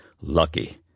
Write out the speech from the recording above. lucky